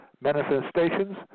manifestations